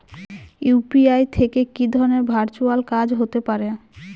UPI থেকে কি ধরণের ভার্চুয়াল কাজ হতে পারে?